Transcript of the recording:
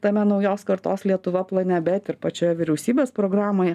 tame naujos kartos lietuva plane bet ir pačioje vyriausybės programoje